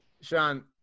sean